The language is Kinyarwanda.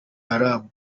haramu